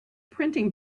printing